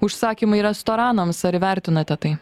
užsakymai restoranams ar įvertinote tai